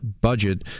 budget